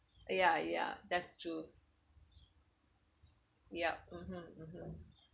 ya ya that's true yup mmhmm